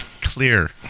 clear